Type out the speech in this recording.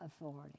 authority